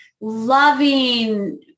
loving